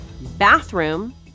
bathroom